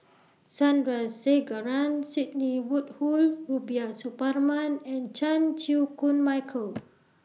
Sandrasegaran Sidney Woodhull Rubiah Suparman and Chan Chew Koon Michael